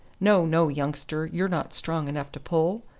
no, no, youngster, you're not strong enough to pull.